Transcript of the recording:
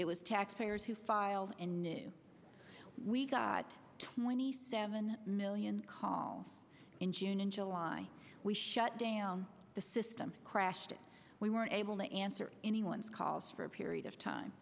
it was taxpayers who filed in new we got twenty seven million calls in june and july we shut down the system crashed we weren't able to answer anyone's calls for a period of time